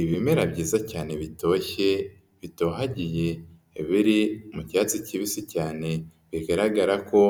Ibimera byiza cyane bitoshye bitohagiye biri mu byatsi kibisi cyane, bigaragara ko